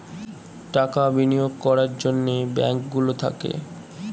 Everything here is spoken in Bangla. টাকা বিনিয়োগ করার জন্যে ব্যাঙ্ক গুলো থাকে